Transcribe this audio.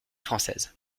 française